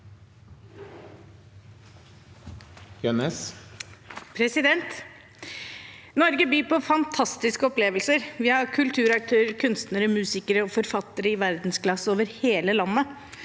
Norge byr på fan- tastiske opplevelser. Vi har kulturaktører, kunstnere, musikere og forfattere i verdensklasse over hele landet.